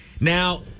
Now